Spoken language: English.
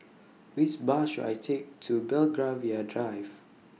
Which Bus should I Take to Belgravia Drive